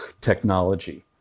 technology